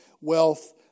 wealth